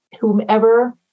whomever